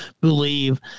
believe